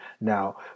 now